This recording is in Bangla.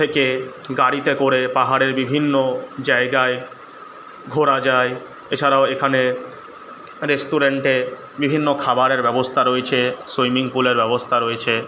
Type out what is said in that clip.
থেকে গাড়িতে করে পাহাড়ের বিভিন্ন জায়গায় ঘোরা যায় এছাড়াও এখানে রেস্টুরেন্টে বিভিন্ন খাবারের ব্যবস্থা রয়েছে সুইমিং পুলের ব্যবস্থা রয়েছে